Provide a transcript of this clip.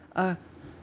uh